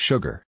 Sugar